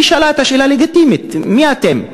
היא שאלה שאֵלה לגיטימית: מי אתם?